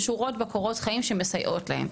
שורות בקורות החיים שמסייעות להם.